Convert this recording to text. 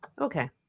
okay